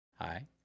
hi